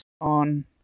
on